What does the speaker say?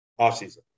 offseason